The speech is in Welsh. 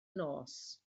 nos